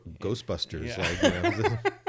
ghostbusters